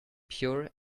pure